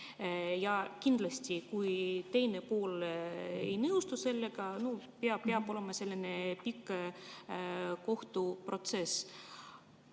Ja kui teine pool ei nõustu sellega, peab olema selline pikk kohtuprotsess.